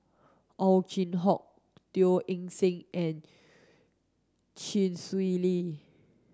Ow Chin Hock Teo Eng Seng and Chee Swee Lee